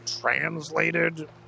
translated